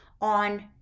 on